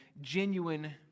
genuine